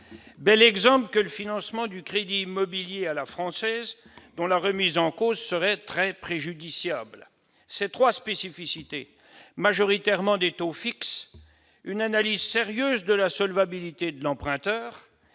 Bel exemple que le financement du crédit immobilier « à la française », dont la remise en cause serait très préjudiciable. Il repose sur trois spécificités : des taux majoritairement fixes, une analyse sérieuse de la solvabilité de l'emprunteur